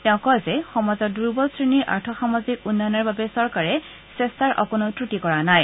তেওঁ কয় যে সমাজৰ দুৰ্বল শ্ৰেণীৰ আৰ্থ সামাজিক উন্নয়নৰ বাবে চৰকাৰে চেষ্টাৰ অকনো ক্ৰটি কৰা নাই